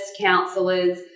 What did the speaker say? counselors